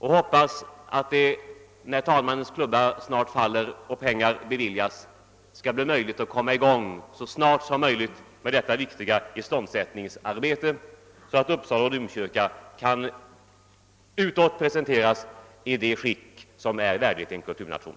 Jag hoppas att det när talmannens klubba snart faller och pengar beviljas skall bli möjligt att så snart som möjligt komma i gång med dessa viktiga iståndsättningsarbeten, så att Uppsala domkyrka utåt kan presenteras i det skick som är värdigt en kulturnation.